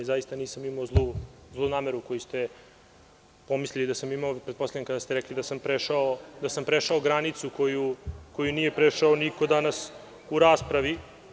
Zaista nisam imao zlu nameru koju ste pomislili da sam imao kada ste rekli da sam prešao granicu koju nije prešao niko danas u raspravi.